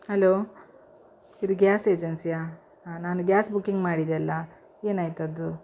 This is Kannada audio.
ಹಲೋ ಇದು ಗ್ಯಾಸ್ ಏಜೆನ್ಸಿಯಾ ಹಾ ನಾನು ಗ್ಯಾಸ್ ಬುಕಿಂಗ್ ಮಾಡಿದ್ದೆಯಲ್ಲ ಏನಾಯಿತದು